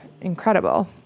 incredible